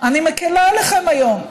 אני מקילה עליכם היום: